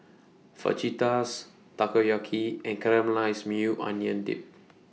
Fajitas Takoyaki and Caramelized Maui Onion Dip